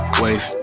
wave